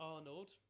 Arnold